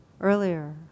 earlier